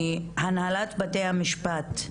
הנהלת בתי המשפט,